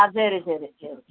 ആ ശരി ശരി ശരി